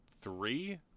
three